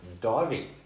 diving